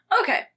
Okay